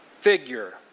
figure